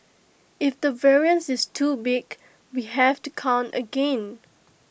if the variance is too big we have to count again